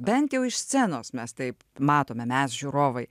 bent jau iš scenos mes taip matome mes žiūrovai